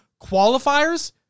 qualifiers